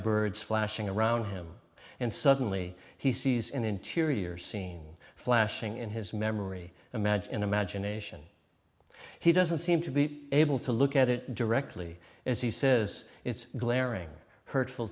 birds flashing around him and suddenly he sees in interior scene flashing in his memory imagine an imagination he doesn't seem to be able to look at it directly as he says it's glaring hurtful